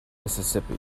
mississippi